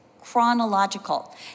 chronological